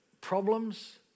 problems